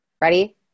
Ready